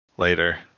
later